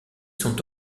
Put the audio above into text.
sont